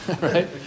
Right